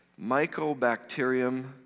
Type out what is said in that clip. Mycobacterium